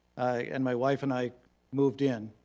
and my wife and i moved in,